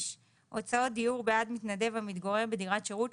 הוצאות דיור בעד מתנדב המתגורר בדירת שירות,